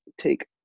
take